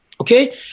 Okay